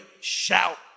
shout